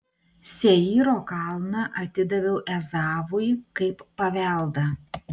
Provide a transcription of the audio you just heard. seyro kalną atidaviau ezavui kaip paveldą